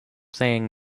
saying